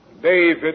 David